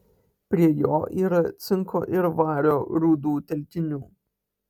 prie jo yra cinko ir vario rūdų telkinių